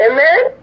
Amen